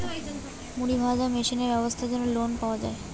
মুড়ি ভাজা মেশিনের ব্যাবসার জন্য লোন পাওয়া যাবে?